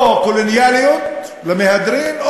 או קולוניאליות למהדרין,